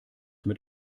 mit